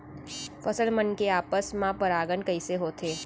फसल मन के आपस मा परागण कइसे होथे?